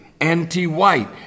anti-white